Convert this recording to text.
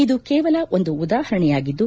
ಇದು ಕೇವಲ ಒಂದು ಉದಾಹರಣೆಯಾಗಿದ್ದು